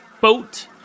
boat